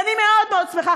ואני מאוד מאוד שמחה,